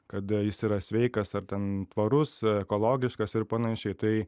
kada jis yra sveikas ar ten tvarus ekologiškas ir panašiai tai